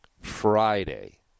Friday